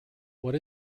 what